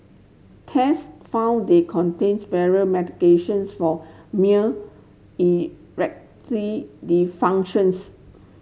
test found they contains medications for dysfunctions